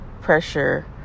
pressure